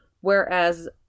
Whereas